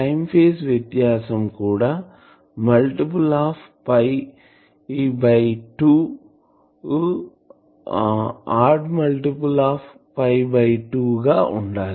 time phase వ్యతాసం కూడా odd multiple of 2 గా ఉండాలి